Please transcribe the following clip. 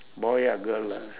boy ah girl ah